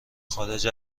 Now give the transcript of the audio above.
خارج